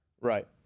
Right